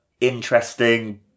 interesting